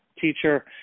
teacher